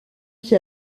qui